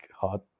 hot